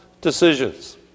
decisions